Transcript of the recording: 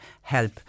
help